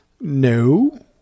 No